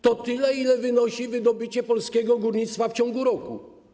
To tyle, ile wynosi wydobycie polskiego górnictwa w ciągu roku.